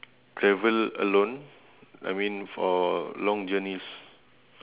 travel alone I mean for long journeys